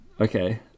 okay